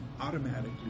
automatically